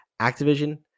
Activision